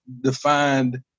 defined